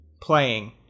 playing